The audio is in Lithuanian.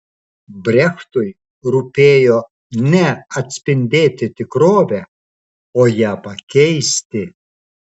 brechtui rūpėjo ne atspindėti tikrovę o ją pakeisti